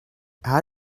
how